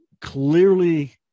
clearly